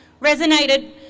resonated